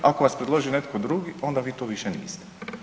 Ako vas predloži netko drugi onda vi to više niste.